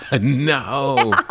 No